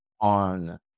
on